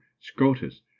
scotus